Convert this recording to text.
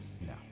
No